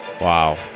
Wow